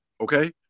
Okay